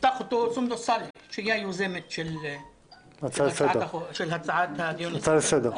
תפתח סונדוס סאלח, היוזמת של ההצעה לסדר.